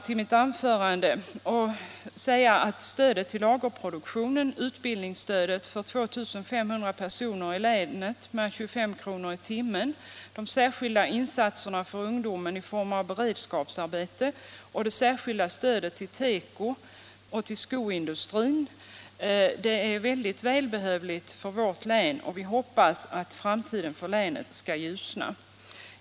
Stödet till lagerproduktion, utbildningsstödet för 2 500 personer i länet med 25 kr./tim och de särskilda insatserna för ungdomen i form av beredskapsarbete samt stödet till sko och tekoindustrin är mycket välbehövliga insatser för vårt län. Vi hoppas att framtiden i länet skall ljusna.